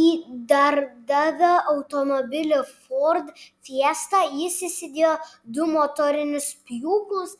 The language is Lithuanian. į darbdavio automobilį ford fiesta jis įsidėjo du motorinius pjūklus